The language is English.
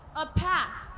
a path.